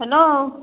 hello